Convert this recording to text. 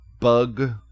bug